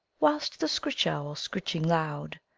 whilst the screech-owl, screeching loud,